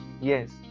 Yes